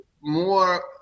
more